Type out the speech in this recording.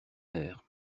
air